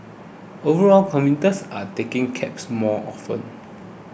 overall commuters are taking cabs more often